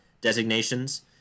designations